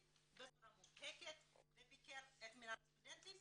בצורה מובהקת וביקר את מינהל הסטודנטים